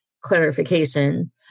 clarification